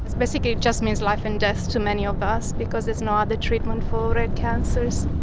basically it just means life and death to many of us because there's no other treatment for rare cancers.